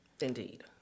Indeed